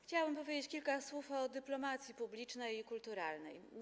Chciałam powiedzieć kilka słów o dyplomacji publicznej i kulturalnej.